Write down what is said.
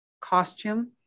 costume